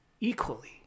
equally